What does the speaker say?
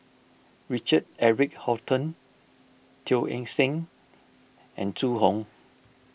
Richard Eric Holttum Teo Eng Seng and Zhu Hong